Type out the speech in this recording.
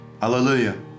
Hallelujah